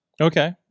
Okay